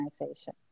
organization